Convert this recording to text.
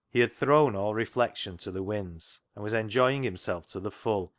he had thrown all reflection to the winds, and was enjoying himself to the full,